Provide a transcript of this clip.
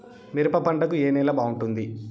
మిరప పంట కు ఏ నేల బాగుంటుంది?